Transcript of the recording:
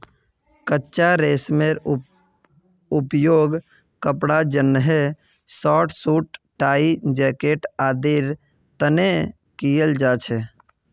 कच्चा रेशमेर उपयोग कपड़ा जंनहे शर्ट, सूट, टाई, जैकेट आदिर तने कियाल जा छे